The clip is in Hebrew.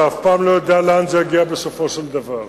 אתה אף פעם לא יודע לאן זה יגיע בסופו של דבר.